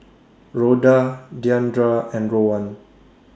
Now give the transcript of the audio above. Rhoda Deandra and Rowan